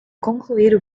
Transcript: concluir